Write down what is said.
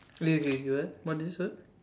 okay okay what what did you say